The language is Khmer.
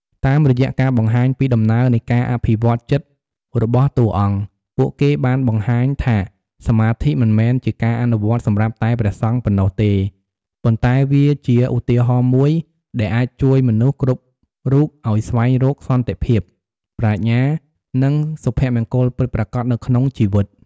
តាមរយៈការបង្ហាញពីដំណើរនៃការអភិវឌ្ឍន៍ចិត្តរបស់តួអង្គ ពួកគេបានបង្ហាញថា សមាធិមិនមែនជាការអនុវត្តសម្រាប់តែព្រះសង្ឃប៉ុណ្ណោះទេ ប៉ុន្តែវាជាឧទាហរណ៍មួយដែលអាចជួយមនុស្សគ្រប់រូបឱ្យស្វែងរកសន្តិភាព ប្រាជ្ញា និងសុភមង្គលពិតប្រាកដនៅក្នុងជីវិត។